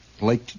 Lake